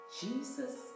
Jesus